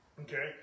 Okay